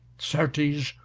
certes,